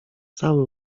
cały